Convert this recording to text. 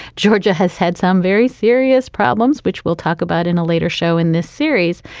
georgia has had some very serious problems, which we'll talk about in a later show in this series.